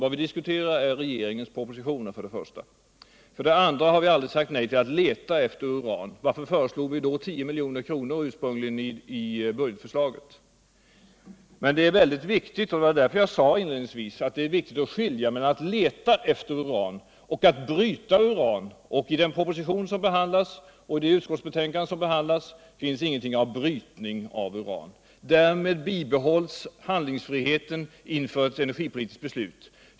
Vad vi diskuterar är regeringens propositioner, för det första. För det andra har vi aldrig sagt nej till att leta efter uran — varför föreslog vi annars 10 milj.kr. ursprungligen i budgetförstaget? Mcn som jag sade inledningsvis är det viktigt att skilja mellan att leta efter uran och alt bryta uran. I den proposition och det utskottsbetinkande som behandlas finns ingenting om brytning av uran. Därmed bibehålls handlingsfriheten inför ett energipolitiskt beslut.